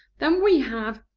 than we have.